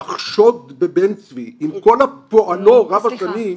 לחשוד בבן צבי עם כל פועלו רב השנים,